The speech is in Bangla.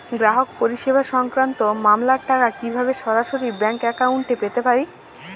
গ্রাহক পরিষেবা সংক্রান্ত মামলার টাকা কীভাবে সরাসরি ব্যাংক অ্যাকাউন্টে পেতে পারি?